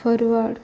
forward